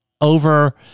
over